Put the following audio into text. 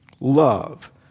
love